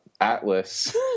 atlas